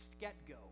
get-go